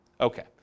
okay